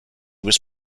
was